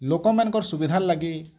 ଲୋକମାନଙ୍କର୍ ସୁବିଧାର୍ ଲାଗି